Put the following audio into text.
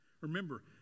Remember